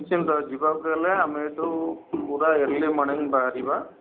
ନିଶ୍ଚିନ୍ତ ଯିବାକୁ ହେଲେ ଆମେ ଏଇଠୁ ପୁରା ଅର୍ଲି ମର୍ଣ୍ଣିଂ ବାହାରିବା